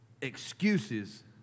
Excuses